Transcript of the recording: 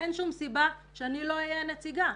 אין שום סיבה שאני לא אהיה נציגה.